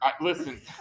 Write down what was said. listen